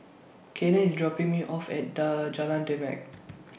Cayden IS dropping Me off At Jalan Demak